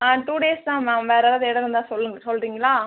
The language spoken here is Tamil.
ஆ டூ டேஸ் தான் மேம் வேறு ஏதாவது இடம் இருந்தால் சொல்லுங்கள் சொல்கிறிங்களா